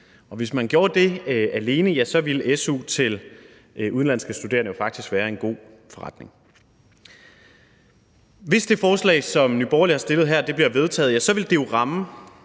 hvis man gjorde det alene, så ville su til udenlandske studerende faktisk være en god forretning. Hvis det forslag, som Nye Borgerlige har fremsat her, bliver vedtaget, så vil det jo ramme